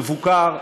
מבוקר,